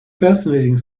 fascinating